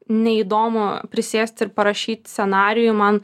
neįdomu prisėst ir parašyt scenarijų man